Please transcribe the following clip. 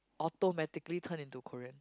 automatically turn into Korean